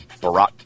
Barack